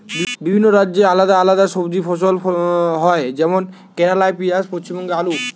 বিভিন্ন রাজ্যে আলদা আলদা সবজি ফসল হয় যেমন কেরালাই পিঁয়াজ, পশ্চিমবঙ্গে আলু